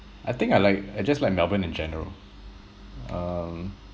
I think I like I just like melbourne in general um